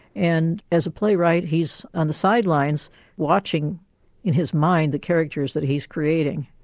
and as a playwright he's on the sidelines watching in his mind the characters that he's creating.